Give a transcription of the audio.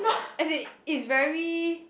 as in it's very